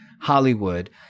Hollywood